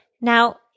Now